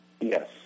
Yes